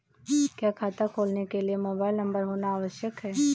क्या खाता खोलने के लिए मोबाइल नंबर होना आवश्यक है?